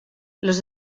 los